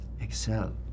excel